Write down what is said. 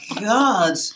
God